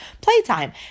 playtime